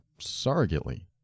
surrogately